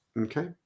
Okay